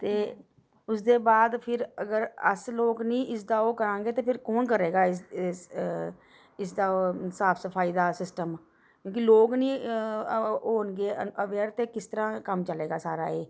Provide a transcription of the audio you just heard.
ते उसदे बाद फिर अगर अस लोक नी इसदा ओह् करां गे ते फेर कौन करगे इसदा ओह् साफ सफाई दा सिस्टम क्योंकि लोक नी होन गे अवेयर ते किस तरह कम्म चलेगा सारा एह्